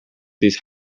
these